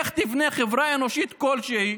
איך תבנה חברה אנושית כלשהי